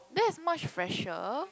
that is much fresher